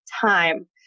time